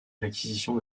l’acquisition